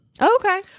Okay